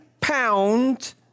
pound